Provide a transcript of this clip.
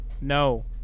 no